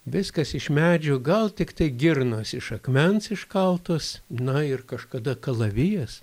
viskas iš medžių gal tiktai girnos iš akmens iškaltos na ir kažkada kalavijas